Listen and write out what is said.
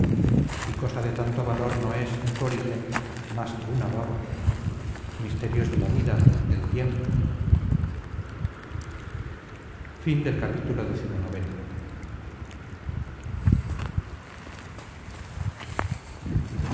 y cosa de tanto valor no es en su origen más que una baba misterios de la vida del tiempo